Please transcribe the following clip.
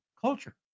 culture